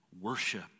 worship